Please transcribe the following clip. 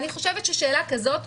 אני חושבת ששאלה כזאת,